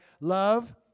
love